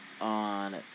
on